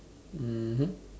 mmhmm